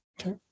Okay